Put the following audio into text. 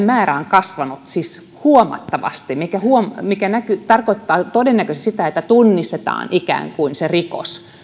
määrä on kasvanut huomattavasti mikä tarkoittaa todennäköisesti sitä että ikään kuin tunnistetaan se rikos